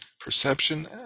perception